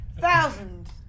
Thousands